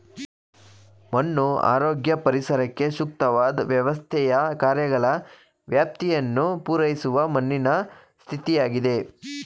ಮಣ್ಣು ಆರೋಗ್ಯ ಪರಿಸರಕ್ಕೆ ಸೂಕ್ತವಾದ್ ವ್ಯವಸ್ಥೆಯ ಕಾರ್ಯಗಳ ವ್ಯಾಪ್ತಿಯನ್ನು ಪೂರೈಸುವ ಮಣ್ಣಿನ ಸ್ಥಿತಿಯಾಗಿದೆ